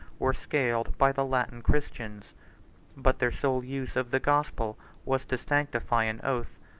were scaled by the latin christians but their sole use of the gospel was to sanctify an oath,